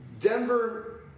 Denver